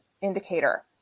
indicator